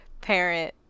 parent